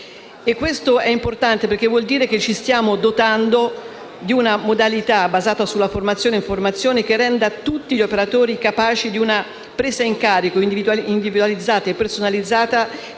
Ciò è importante, perché vuol dire che ci stiamo dotando di una modalità basata sull'informazione e formazione che renda tutti gli operatori capaci di una presa in carico individualizzata e personalizzata